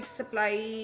supply